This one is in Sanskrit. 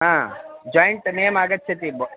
हा जोयिण्ट् नेम् आगच्छति भोः